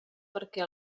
perquè